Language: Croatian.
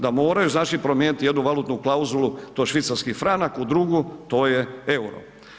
Da moraju znači promijeniti jednu valutnu klauzulu, to švicarski franak u drugu, to je euro.